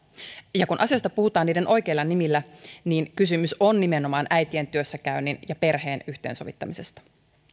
ja kun asioista puhutaan niiden oikeilla nimillä niin kysymys on nimenomaan äitien työssäkäynnin ja perheen yhteensovittamisesta